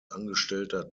angestellter